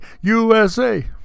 USA